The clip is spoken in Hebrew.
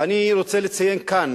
ואני רוצה לציין כאן,